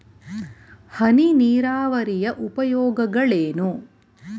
ಹನಿ ನೀರಾವರಿಯ ಉಪಯೋಗಗಳೇನು?